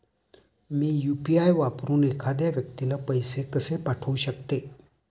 मी UPI वापरून एखाद्या व्यक्तीला पैसे कसे पाठवू शकते?